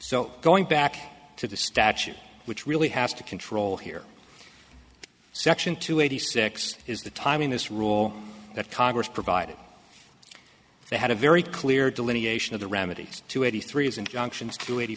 so going back to the statute which really has to control here section two eighty six is the time in this rule that congress provided they had a very clear delineation of the remedies to eighty three is injunctions to eighty